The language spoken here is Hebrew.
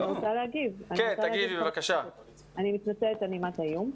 אני מתנצלת על נימת האיום.